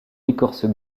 écorce